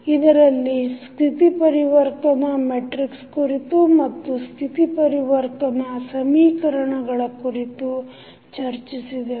ಇದರಲ್ಲಿ ಸ್ಥಿತಿ ಪರಿವರ್ತನ ಮೆಟ್ರಿಕ್ಸ್ ಕುರಿತು ಮತ್ತು ಸ್ಥಿತಿ ಪರಿವರ್ತನಾ ಸಮೀಕರಣಗಳ ಕುರಿತು ಚರ್ಚಿಸಿದೆವು